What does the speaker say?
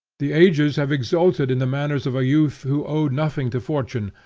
the ages have exulted in the manners of a youth who owed nothing to fortune,